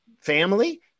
family